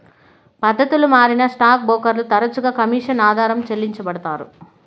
పద్దతులు మారినా స్టాక్ బ్రోకర్లు తరచుగా కమిషన్ ఆధారంగా చెల్లించబడతారు